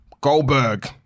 Goldberg